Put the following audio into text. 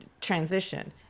transition